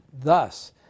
Thus